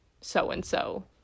so-and-so